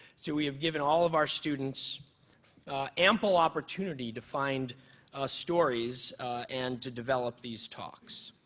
so we have given all of our students ample opportunity to find stories and to develop these talks.